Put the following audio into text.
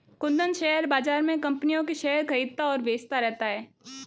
Kundan share बाज़ार में कम्पनियों के शेयर खरीदता और बेचता रहता है